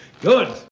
good